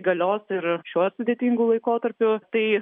galios ir šiuo sudėtingu laikotarpiu tai